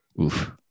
Oof